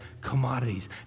commodities